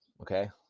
Okay